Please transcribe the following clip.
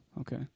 Okay